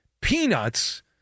peanuts